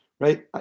Right